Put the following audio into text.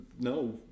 no